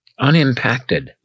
unimpacted